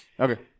Okay